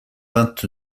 vingt